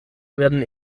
werden